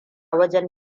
wajen